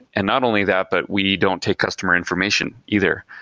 and not only that, but we don't take customer information either.